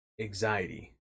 anxiety